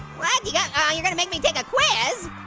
you're gonna ah you're gonna make me do a quiz?